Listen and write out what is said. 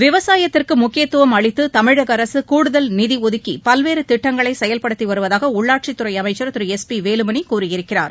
விவசாயத்திற்கு முக்கியத்துவம் அளித்து தமிழக அரசு கூடுதல் நிதி ஒதுக்கி பல்வேறு திட்டங்களைச் செயல்படுத்தி வருவதாக உள்ளாட்சித்துறை அமைச்சர் திரு எஸ் பி வேலுமணி கூறியிருக்கிறார்